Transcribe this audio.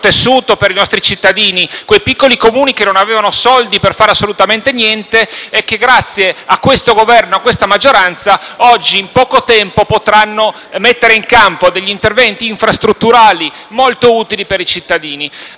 tessuto e per i nostri cittadini, quei piccoli Comuni che non avevano soldi per fare assolutamente niente e che grazie a questo Governo e a questa maggioranza oggi, in poco tempo, potranno mettere in campo degli interventi infrastrutturali molto utili per i cittadini.